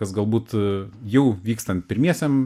kas galbūt jau vykstant pirmiesiem